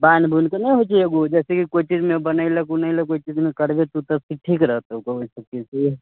बाँहि उँहिके नहि होइ छै एगो जैसेकि कोइ चीजमे बनेलक उनैलक ओहि चीजमे करबे तू तऽ ठीक रहतौ